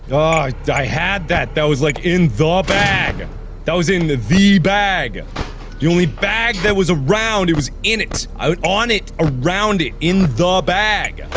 ah i had that that was like in the bag that was in the v bag the only bag that was around it was in it out on it around it in the bag